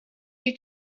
you